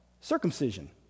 circumcision